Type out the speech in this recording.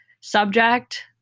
subject